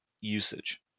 usage